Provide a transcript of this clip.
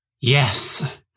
Yes